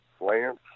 Lance